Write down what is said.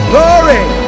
Glory